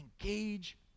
Engage